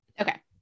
Okay